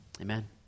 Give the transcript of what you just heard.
Amen